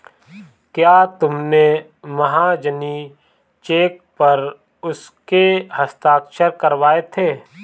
क्या तुमने महाजनी चेक पर उसके हस्ताक्षर करवाए थे?